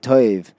Toiv